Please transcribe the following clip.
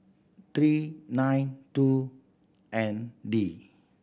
three nine two N D